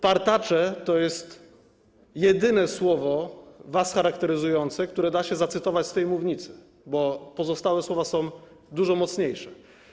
Partacze” - to jest jedyne słowo was charakteryzujące, które da się zacytować z tej mównicy, bo pozostałe są dużo mocniejsze.